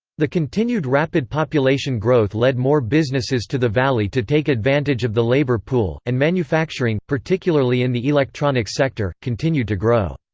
the continued rapid population growth led more businesses to the valley to take advantage of the labor pool, and manufacturing, particularly in the electronics sector, continued to grow.